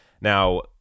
Now